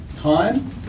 time